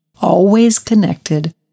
always-connected